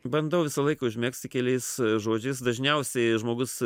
bandau visą laiką užmegzti keliais žodžiais dažniausiai žmogus